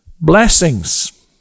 Blessings